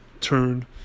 turn